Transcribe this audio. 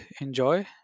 enjoy